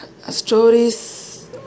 stories